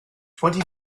twenty